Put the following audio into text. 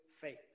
faith